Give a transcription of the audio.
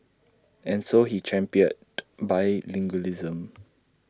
and so he championed bilingualism